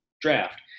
draft